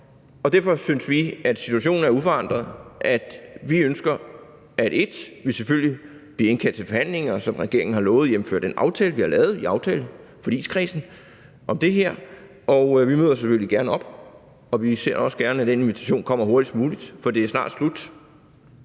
om. Derfor synes vi, at situationen er uforandret. Vi ønsker, at vi selvfølgelig bliver indkaldt til forhandlinger, hvilket regeringen har lovet jævnfør den aftale, vi har lavet i aftaleforligskredsen om det her. Og vi møder selvfølgelig gerne op, og vi ser også gerne, at den invitation kommer hurtigst muligt, for efteråret er snart slut,